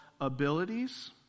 abilities